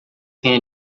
tem